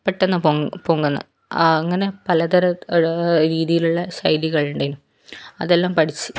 പെട്ടന്ന് പൊങ്ങുന്ന പൊങ്ങുന്നത് അഹ് അങ്ങനെ പലതരം രീതിയിലുള്ള ശൈലികളുണ്ട് അതെല്ലാം പഠിച്ചു